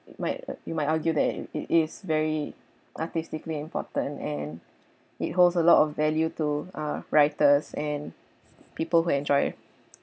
might you might argue that it is very artistically important and it holds a lot of value to uh writers and people who enjoyed